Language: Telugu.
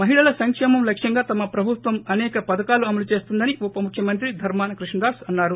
మహిళల సంక్షేమం లక్ష్యంగా తమ ప్రభుత్వం అసేక పథకాలు అమలు చేస్తోందని ఉప ముఖ్యమంత్రి ధర్మాన కృష్ణదాస్ అన్సారు